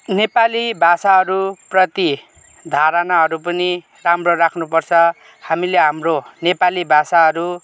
नेपाली भाषाहरूप्रति धारणाहरू पनि राम्रो राख्नु पर्छ हामीले हाम्रो नेपाली भाषाहरू